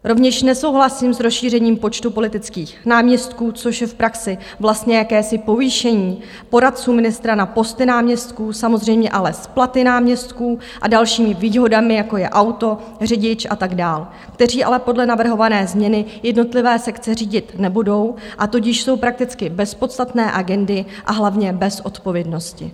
Rovněž nesouhlasím s rozšířením počtu politických náměstků, což je v praxi vlastně jakési povýšení poradců ministra na posty náměstků, samozřejmě ale s platy náměstků a dalšími výhodami, jako je auto, řidič a tak dál, kteří ale podle navrhované změny jednotlivé sekce řídit nebudou, a tudíž jsou prakticky bez podstatné agendy a hlavně bez odpovědnosti.